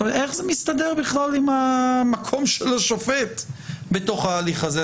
איך זה מסתדר בכלל עם המקום של השופט בהליך הזה?